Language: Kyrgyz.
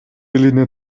элине